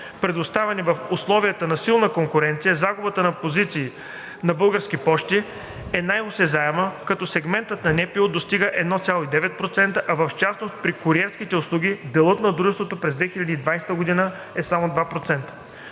предоставяни в условията на силна конкуренция, загубата на позицията на „Български пощи“ е най-осезаема, като в сегмента на НПУ достига 1,9%, а в частност при куриерските услуги делът на Дружеството през 2020 г. е само 2%.